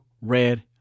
red